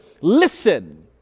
listen